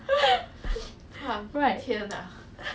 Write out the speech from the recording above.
ya but then now now you